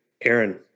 Aaron